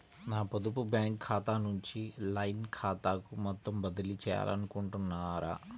నా పొదుపు బ్యాంకు ఖాతా నుంచి లైన్ ఖాతాకు మొత్తం బదిలీ చేయాలనుకుంటున్నారా?